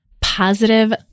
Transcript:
positive